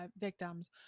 victims